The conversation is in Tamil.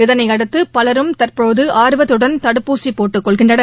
இதனையடுத்து பலரும் தற்போதுஆர்வத்துடன் தடுப்பூசிபோட்டுக்கொள்கின்றனர்